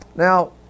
Now